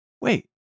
wait